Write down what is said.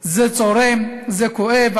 זה צורם, זה כואב.